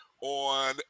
on